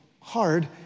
hard